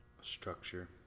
structure